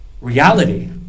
Reality